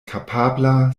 kapabla